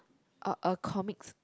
or a comics